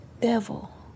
devil